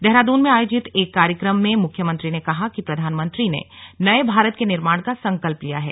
देहराद्न में आयोजित एक कार्यक्रम में मुख्यमंत्री ने कहा कि प्रधानमंत्री ने नये भारत के निर्माण का संकल्प लिया है